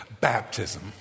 baptism